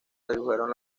redujeron